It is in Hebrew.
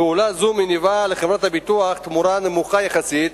פעולה זו מניבה לחברת הביטוח תמורה נמוכה יחסית,